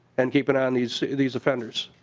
and keep an eye on these these offenders.